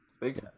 Big